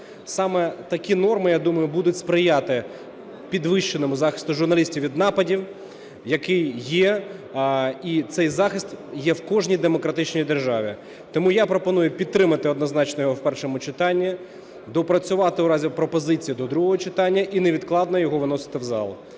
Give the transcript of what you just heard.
Саме такі норми, я думаю, будуть сприяти підвищеному захисту журналістів від нападів, який є, і цей захист є в кожній демократичній державі. Тому я пропоную підтримати однозначно його в першому читанні, доопрацювати в разі пропозицій до другого читання і невідкладно його виносити в зал.